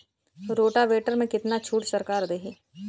Rotavator में कितना छूट सरकार देही?